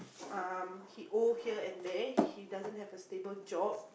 um he owe here and there he doesn't have a stable job